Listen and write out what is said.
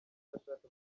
irashaka